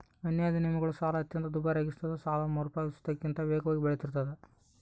ಅನ್ಯಾಯದ ನಿಯಮಗಳು ಸಾಲ ಅತ್ಯಂತ ದುಬಾರಿಯಾಗಿಸ್ತದ ಸಾಲವು ಮರುಪಾವತಿಸುವುದಕ್ಕಿಂತ ವೇಗವಾಗಿ ಬೆಳಿತಿರ್ತಾದ